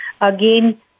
again